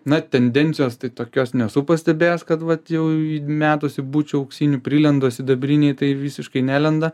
na tendencijos tai tokios nesu pastebėjęs kad vat jau įmetus į bučių auksinių prilenda sidabriniai tai visiškai nelenda